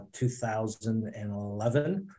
2011